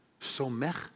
Somech